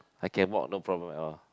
I can walk no problem at all